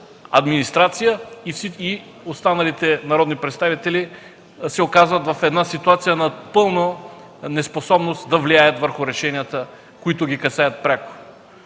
администрация и останалите народни представители се оказват в ситуация на пълна неспособност да влияят върху решенията, които ги касаят пряко.